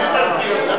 את זה תסביר לי.